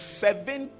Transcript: seven